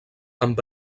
amb